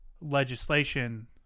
legislation